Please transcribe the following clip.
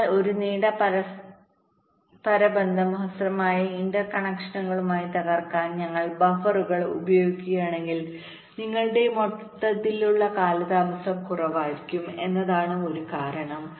അതിനാൽ ഒരു നീണ്ട പരസ്പരബന്ധം ഹ്രസ്വമായ ഇന്റർ കണക്ഷനുകളായി തകർക്കാൻ ഞങ്ങൾ ബഫറുകൾ ഉപയോഗിക്കുകയാണെങ്കിൽ നിങ്ങളുടെ മൊത്തത്തിലുള്ള കാലതാമസം കുറവായിരിക്കും എന്നതാണ് ഒരു കാരണം